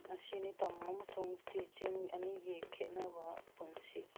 ꯑꯁꯤꯅꯤ ꯇꯝ ꯑꯃꯁꯨꯡ ꯆꯤꯡ ꯑꯅꯤꯒꯤ ꯈꯦꯠꯅꯕ ꯄꯨꯟꯁꯤ